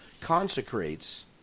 consecrates